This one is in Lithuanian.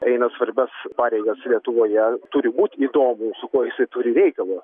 eina svarbias pareigas lietuvoje turi būt įdomu su kuo jisai turi reikalą